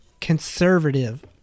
conservative